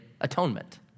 atonement